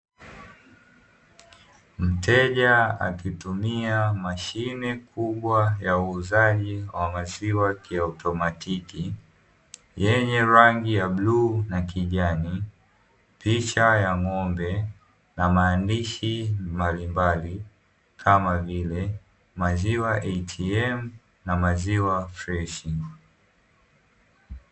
Mteja akitumia mashine kubwa ya uuzaji wa maziwa kiautomatiki, yenye rangi ya bluu na kijani, picha ya ng'ombe na maandishi mbalimbali kama vile "maziwa ATM", na maziwa freshi.